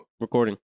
Recording